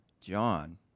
John